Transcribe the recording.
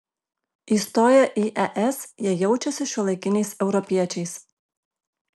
įstoję į es jie jaučiasi šiuolaikiniais europiečiais